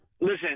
Listen